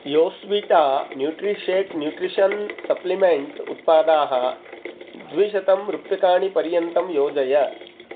योस्वीटा न्यूट्रिशेक् nutrition supplement उत्पादाः द्विशतं रुप्यकाणि पर्यन्तं योजय